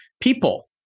people